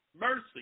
Mercy